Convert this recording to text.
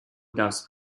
dass